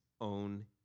own